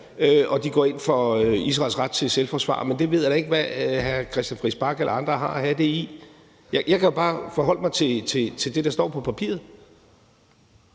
og de går ind for Israels ret til selvforsvar, men det ved jeg da ikke hvad hr. Christian Friis Bach eller andre har at have det i. Jeg kan bare forholde mig til det, der står på papiret.